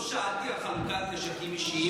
אני גם כן שומע את התשובה,